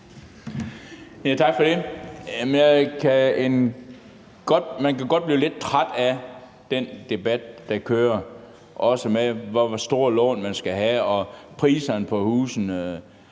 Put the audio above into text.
Tak for det. Man kan godt blive lidt træt af den debat, der kører, om, hvor store lån man skal have, og priserne på husene.